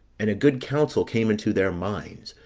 and a good counsel came into their minds,